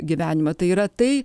gyvenimą tai yra tai